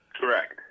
Correct